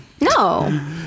No